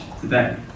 today